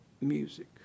music